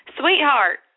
sweetheart